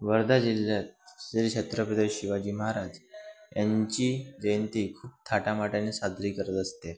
वर्धा जिल्ह्यात श्री छत्रपता शिवाजी महाराज यांची जयंती खूप थाटामाटाने साजरी करत असते